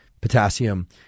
potassium